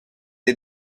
est